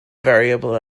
variable